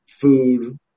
food